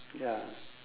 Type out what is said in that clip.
ya